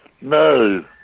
No